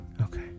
Okay